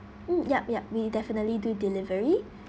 mm yup yup we definitely do delivery